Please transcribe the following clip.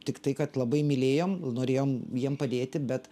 tik tai kad labai mylėjom norėjom jiem padėti bet